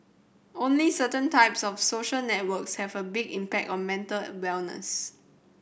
only certain types of social networks have a big impact on mental wellness